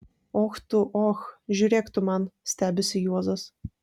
och tu och žiūrėk tu man stebisi juozas